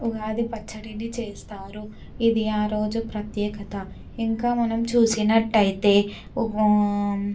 ఉగాది పచ్చడిని చేస్తారు ఇది ఆరోజు ప్రత్యేకత ఇంకా మనం చూసినట్టయితే